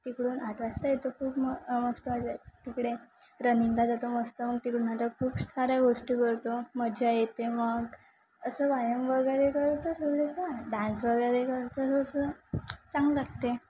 तिकडून आठ वाजता येतो खूप म मस्त तिकडे रनिंगला जातो मस्त मग तिकडून आता खूप साऱ्या गोष्टी करतो मज्जा येते मग असं व्यायाम वगैरे करतो थोडंसं डान्स वगैरे करतो थोडंसं चांग लागते